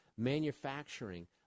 manufacturing